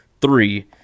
three